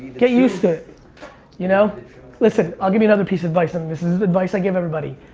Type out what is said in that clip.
get used to it. you know listen i'll give you another piece of advice and this is advice i give everybody.